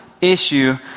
issue